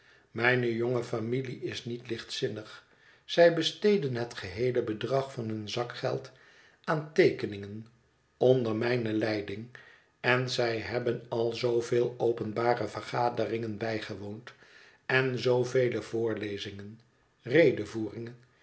mijne jonge familie is niet lichtzinnig zij besteden het gebeele bedrag van hun zakgeld aan teekeningen onder mijne leiding en zij hebben al zooveel openbare vergaderingen bijgewoond en zoovele voorlezingen redevoeringen